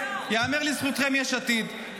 יש עתיד,